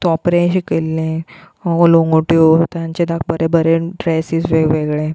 तोपरें शिकयल्लें लोंगोट्यो तांचे धाकटे बरे बरे ड्रेसीस वेगवेगळे